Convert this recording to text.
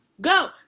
go